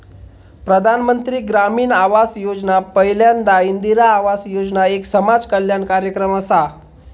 प्रधानमंत्री ग्रामीण आवास योजना पयल्यांदा इंदिरा आवास योजना एक समाज कल्याण कार्यक्रम असा